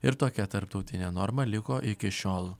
ir tokia tarptautinė norma liko iki šiol